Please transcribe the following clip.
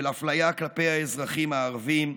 של אפליה כלפי האזרחים הערבים,